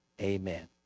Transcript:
Amen